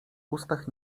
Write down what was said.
ustach